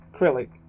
acrylic